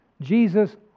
Jesus